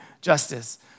justice